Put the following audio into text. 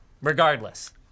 regardless